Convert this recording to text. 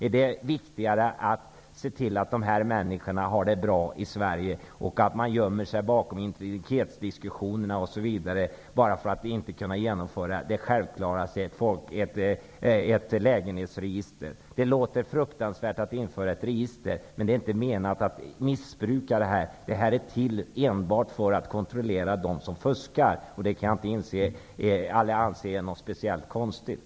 Är det viktigare att se till att dessa människor har det bra i Sverige och att man gömmer sig bakom integritetsdiskussioner osv. bara för att vi inte skall kunna genomföra det mest självklara, nämligen ett lägenhetsregister. Det låter fruktansvärt att införa ett register. Men det är inte menat att det skall missbrukas. Det är till enbart för att kontrollera dem som fuskar. Jag kan inte anse att det är särskilt konstigt.